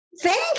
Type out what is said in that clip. Thank